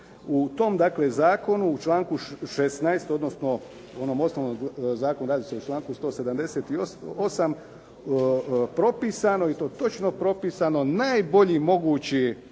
dakle zakonu u članku 16. odnosno u onom osnovnom zakonu radi se o članku 178. propisano je i to točno propisano najbolji mogući